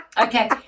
Okay